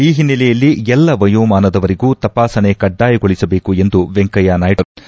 ಈ ಹಿನ್ನೆಲೆಯಲ್ಲಿ ಎಲ್ಲ ವಯೋಮಾನದವರಿಗೂ ತಪಾಸಣೆ ಕಡ್ಡಾಯಗೊಳಿಸಬೇಕು ಎಂದು ವೆಂಕಯ್ಯನಾಯ್ದು ಹೇಳಿದರು